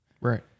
Right